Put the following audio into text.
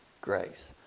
Grace